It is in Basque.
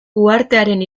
uhartearen